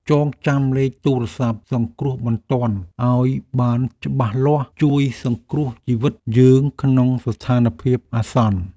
ចងចាំលេខទូរស័ព្ទសង្គ្រោះបន្ទាន់ឱ្យបានច្បាស់លាស់ជួយសង្គ្រោះជីវិតយើងក្នុងស្ថានភាពអាសន្ន។